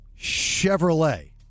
Chevrolet